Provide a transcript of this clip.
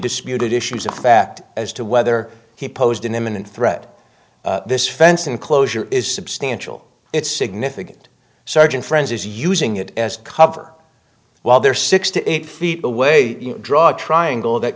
disputed issues in fact as to whether he posed an imminent threat this fence enclosure is substantial it's significant sergeant friends is using it as cover while they're six to eight feet away draw a triangle that